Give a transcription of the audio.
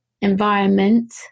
environment